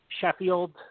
Sheffield